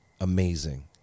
amazing